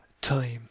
time